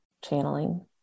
channeling